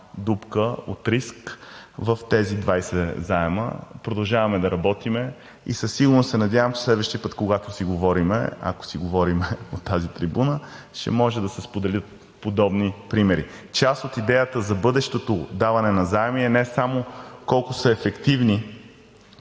дупка от риск в тези 20 заема. Продължаваме да работим. И със сигурност се надявам, че следващия път, когато си говорим, ако си говорим от тази трибуна, ще може да се споделят подобни примери. Част от идеята за бъдещото даване на заеми е не само колко са ефективни